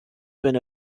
been